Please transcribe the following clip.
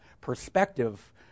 perspective